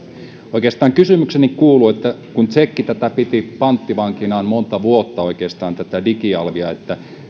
oikeastaan kysymykseni kuuluu kun tsekki piti panttivankinaan oikeastaan monta vuotta tätä digialvia